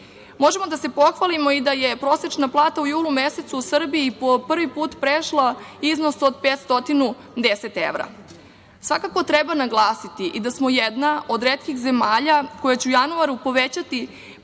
Možemo da se pohvalimo i da je prosečna plata u julu mesecu u Srbiji po prvi put prešla iznos od 510 evra. Svakako treba naglasiti da smo jedna od retkih zemalja koje će u januaru povećati